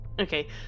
Okay